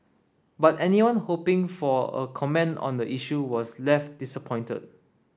but anyone hoping for a comment on the issue was left disappointed